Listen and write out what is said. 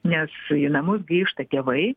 nes į namus grįžta tėvai